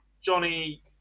Johnny